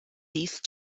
these